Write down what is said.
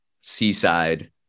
seaside